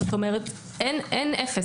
זאת אומרת שאין אפס,